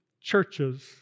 churches